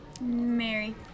Mary